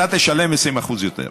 אתה תשלם 20% יותר.